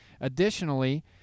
Additionally